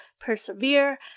persevere